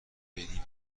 بری